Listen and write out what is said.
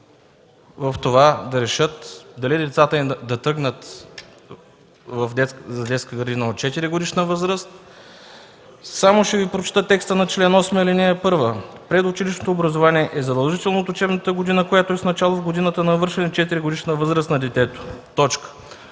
избор да решат дали децата им да тръгнат на детска градина от 4-годишна възраст. Само ще Ви прочета текста на чл. 8, ал. 1: „Предучилищното образование е задължително от учебната година, която е с начало в годината на навършване на 4-годишна възраст на детето.”